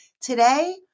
today